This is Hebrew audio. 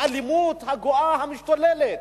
האלימות הגואה, המשתוללת.